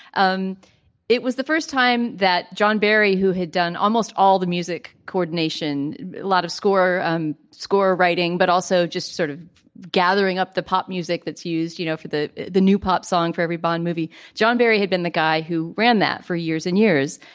um it was the first time that john barry who had done almost all the music coordination a lot of score um score writing but also just sort of gathering up the pop music that's used you know for the the new pop song for every bond movie. john barry had been the guy who ran that for years and years.